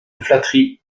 flatteries